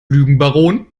lügenbaron